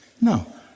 No